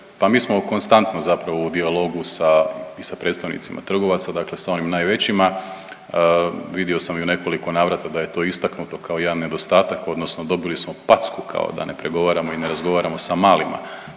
pa mi smo konstantno zapravo u dijalogu sa i sa predstavnicima trgovaca dakle sa onim najvećima, vidio sam i u nekoliko navrata da je to istaknuto kao jedan nedostatak odnosno dobili smo packu kao da ne pregovaramo i ne razgovaramo sa malima.